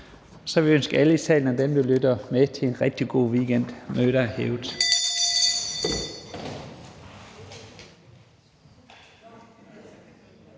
jeg ønske alle i salen og dem, der lytter med, en rigtig god weekend. Mødet er hævet.